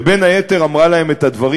ובין היתר אמרה להם את הדברים